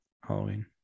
Halloween